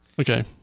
Okay